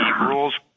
rules